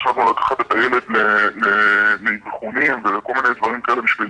חשבנו לקחת את הילד לאבחונים ולכל מני דברים כאלה בשביל